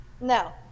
No